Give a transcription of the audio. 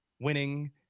winning